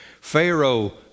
Pharaoh